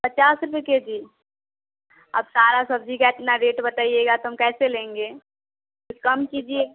पचास रुपये केजी अब सारा सब्ज़ी का इतना रेट बताइएगा तो हम कैसे लेंगे कुछ कम कीजिए